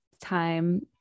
time